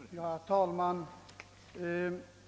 Herr talman!